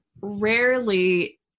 Rarely